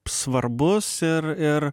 svarbus ir ir